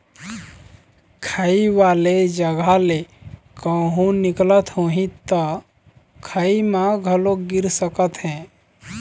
खाई वाले जघा ले कहूँ निकलत होही त खाई म घलोक गिर सकत हे